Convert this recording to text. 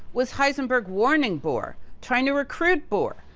was heisenberg warning bohr? trying to recruit bohr?